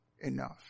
enough